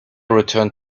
returned